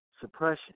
suppression